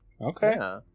Okay